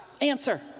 Answer